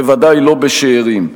בוודאי לא בשאירים,